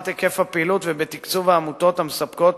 היקף הפעילות ובתקצוב העמותות המספקות,